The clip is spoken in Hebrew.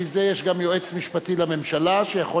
בשביל זה יש גם יועץ משפטי לממשלה שיכול